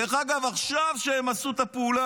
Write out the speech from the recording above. דרך אגב, גם עכשיו, כשהם עשו את הפעולה